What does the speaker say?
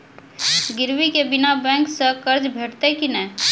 गिरवी के बिना बैंक सऽ कर्ज भेटतै की नै?